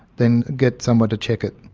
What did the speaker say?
then get someone to check it.